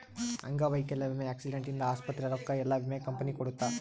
ಅಂಗವೈಕಲ್ಯ ವಿಮೆ ಆಕ್ಸಿಡೆಂಟ್ ಇಂದ ಆಸ್ಪತ್ರೆ ರೊಕ್ಕ ಯೆಲ್ಲ ವಿಮೆ ಕಂಪನಿ ಕೊಡುತ್ತ